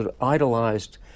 idolized